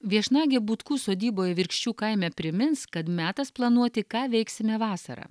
viešnagė butkų sodyboj virkščių kaime primins kad metas planuoti ką veiksime vasarą